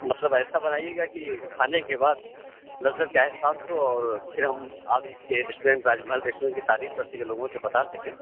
مطلب ایسا بنائیے گا كہ كھانے كے بعد لذّت كا احساس ہو اور پھر ہم آپ کے ریسٹورینٹ راج محل ریسٹورینٹ کی تعریف کر سکیں لوگوں سے بتا سکیں